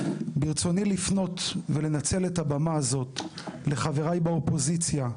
ברצוני לפנות ולנצל את הבמה הזו לחבריי באופוזיציה,